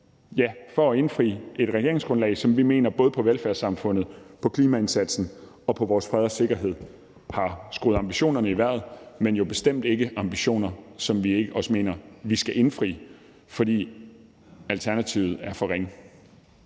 jo for at indfri et regeringsgrundlag, som vi mener både med hensyn til velfærdssamfundet, klimaindsatsen og vores fred og sikkerhed har skruet ambitionerne i vejret, men det er jo bestemt ikke ambitioner, som vi ikke også mener vi skal indfri, for alternativet er for ringe.